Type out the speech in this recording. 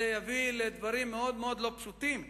זה יביא לדברים מאוד מאוד לא פשוטים.